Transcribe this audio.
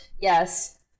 Yes